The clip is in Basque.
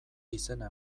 izena